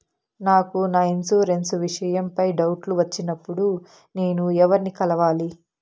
నాకు నా ఇన్సూరెన్సు విషయం పై డౌట్లు వచ్చినప్పుడు నేను ఎవర్ని కలవాలి?